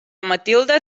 matilde